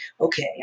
okay